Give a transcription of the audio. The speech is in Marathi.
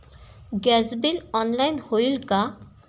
गॅस बिल ऑनलाइन होईल का?